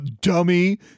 dummy